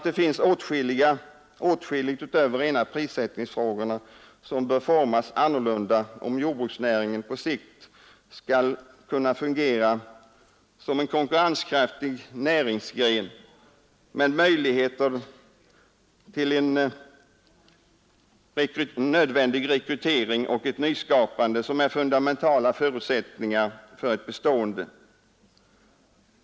Det finns också åtskilligt utöver de rena prissättningsfrågorna som bör formas annorlunda om jordbruksnäringen på sikt skall kunna fungera som en konkurrenskraftig näringsgren med möjligheter till en nödvändig rekrytering och ett nyskapande, som är de fundamentala förutsättningarna för ett bestående.